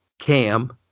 Cam